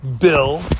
bill